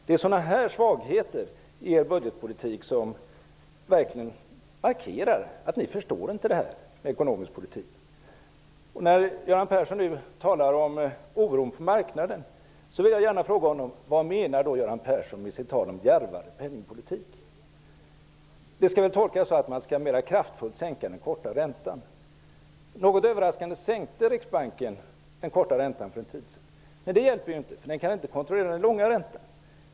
Det är sådana här svagheter i er budgetpolitik som markerar att ni inte förstår ekonomisk politik. När Göran Persson talar om oron på marknaden vill jag gärna fråga honom: Vad menar Göran Persson med sitt tal om djärvare penningpolitik? Det skall väl tolkas att man mer kraftfullt skall sänka den korta räntan. Något överraskande sänkte Riksbanken den korta räntan för en tid sedan. Men det hjälper inte, det innebar inte att man kan kontrollera den långa räntan.